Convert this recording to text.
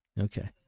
Okay